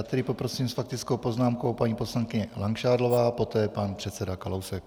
Nyní poprosím s faktickou poznámkou paní poslankyni Langšádlovou, poté pan předseda Kalousek.